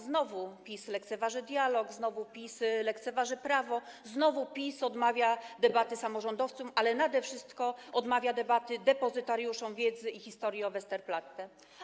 Znowu PiS lekceważy dialog, znowu PiS lekceważy prawo, znowu PiS odmawia debaty samorządowcom, a nade wszystko odmawia debaty depozytariuszom wiedzy i historii o Westerplatte.